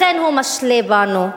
לכן הוא משלה אותנו,